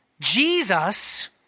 Jesus